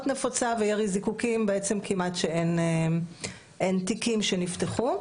נפוצה וירי זיקוקים בעצם כמעט שאין תיקים שנפתחו,